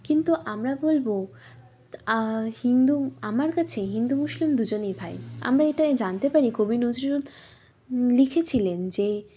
কিন্তু আমরা বলব হিন্দু আমার কাছে হিন্দু মুসলিম দুজনেই ভাই আমরা এটা জানতে পারি কবি নজরুল লিখেছিলেন যে